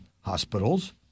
hospitals